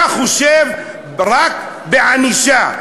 אתה חושב רק בענישה,